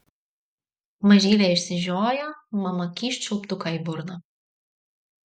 mažylė išsižioja mama kyšt čiulptuką į burną